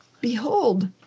behold